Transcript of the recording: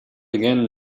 again